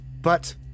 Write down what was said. but-